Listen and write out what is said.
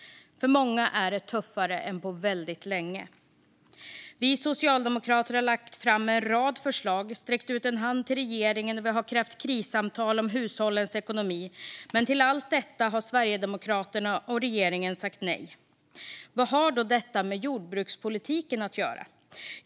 För många är det tuffare än på väldigt länge. Vi socialdemokrater har lagt fram en rad förslag, sträckt ut en hand till regeringen och krävt krissamtal om hushållens ekonomi. Men till allt detta har Sverigedemokraterna och regeringen sagt nej. Vad har då detta med jordbrukspolitiken att göra?